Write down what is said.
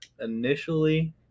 Initially